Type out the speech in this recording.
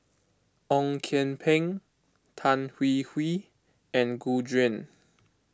Ong Kian Peng Tan Hwee Hwee and Gu Juan